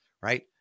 right